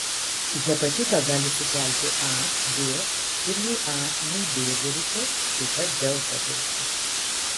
hepatitą gali sukelti a b ir nei a nei b virusas taip pat delta virusas